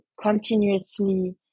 continuously